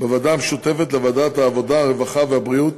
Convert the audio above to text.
בוועדה המשותפת לוועדת העבודה, הרווחה והבריאות